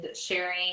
sharing